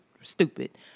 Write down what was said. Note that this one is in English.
stupid